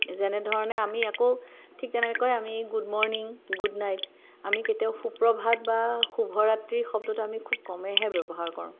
যেনে ধৰণে আমি আকৌ ঠিক তেনেকৈ আমি গুড মৰ্ণিং গুড নাইট আমি কেতিয়াও সুপ্ৰভাত বা সুভৰাত্ৰি শব্দটো আমি খুব কমেইহে ব্যৱহাৰ কৰোঁ